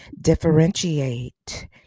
differentiate